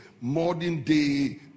modern-day